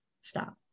stop